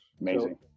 Amazing